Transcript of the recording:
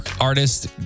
artist